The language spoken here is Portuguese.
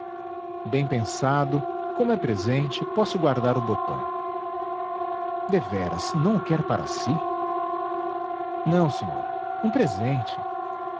bem pensado como é presente posso guardar o botão deveras não o quer para si não senhor um presente